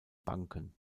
banken